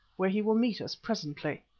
where he will meet us presently.